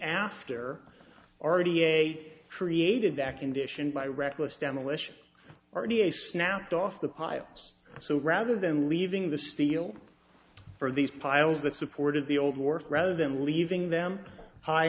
after already a created that condition by reckless demolition r t a snapped off the piles so rather than leaving the steel for these piles that supported the old wharf rather than leaving them high